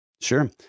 Sure